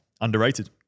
Underrated